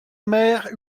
mère